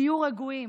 תהיו רגועים.